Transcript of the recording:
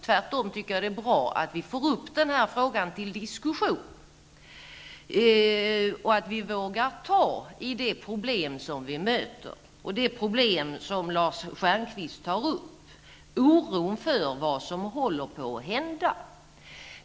Tvärtom tycker jag att det är bra att vi får upp denna fråga till diskussion och att vi vågar ta i de problem vi möter och det problem som Lars Stjernkvist tar upp -- oron för vad som håller på att hända.